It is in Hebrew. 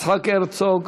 יצחק הרצוג,